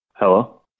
Hello